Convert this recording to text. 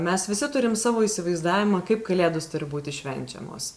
mes visi turim savo įsivaizdavimą kaip kalėdos turi būti švenčiamos